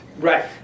Right